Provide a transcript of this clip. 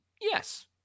Yes